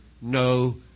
no